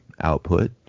output